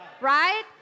Right